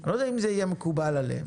אני לא יודע אם זה יהיה מקובל עליהם,